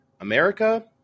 America